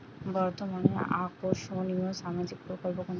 বর্তমানে আকর্ষনিয় সামাজিক প্রকল্প কোনটি?